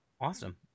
Awesome